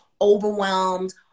overwhelmed